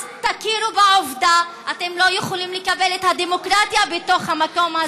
אז תכירו בעובדה שאתם לא יכולים לקבל את הדמוקרטיה בתוך המקום הזה.